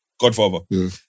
Godfather